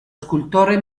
scultore